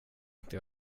inte